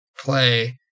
play